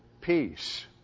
peace